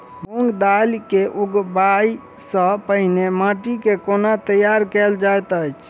मूंग दालि केँ उगबाई सँ पहिने माटि केँ कोना तैयार कैल जाइत अछि?